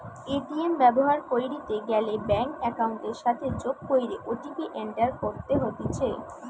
ATM ব্যবহার কইরিতে গ্যালে ব্যাঙ্ক একাউন্টের সাথে যোগ কইরে ও.টি.পি এন্টার করতে হতিছে